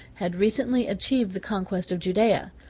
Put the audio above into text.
had recently achieved the conquest of judaea.